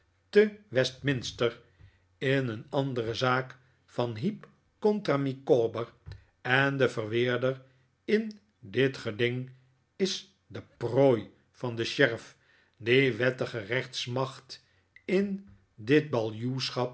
te westminster in een andere zaak van heep contra micawber en de verweerder in dit geding is de prooi van den sheriff die wettige rechtsmacht in dit